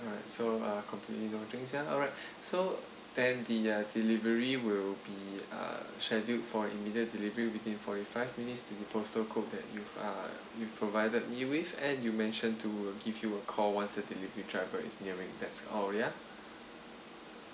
alright so uh completely no drinks ya alright so then the uh delivery will be uh scheduled for immediate delivery within forty five minutes to the postal code that you've uh you've provided me with and you mention to give you a call once the delivery driver is nearing that's all ya